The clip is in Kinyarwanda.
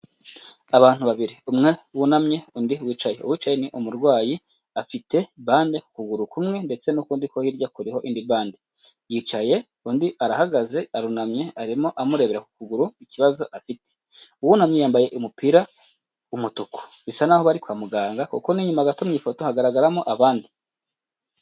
Abantu babiri umwe bunamye undi wicaye. Uwicaye ni umurwayi afite bande ku kuguru kumwe ndetse n'ukundi ko hirya kuriho indi bande. Yicaye undi arahagaze arunamye arimo amurebera ku kuguru ikibazo afite. Uwunamye yambaye umupira w'umutuku bisa naho bari kwa muganga kuko n'inyuma gato mu ifoto hagaragaramo abandi.